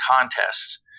contests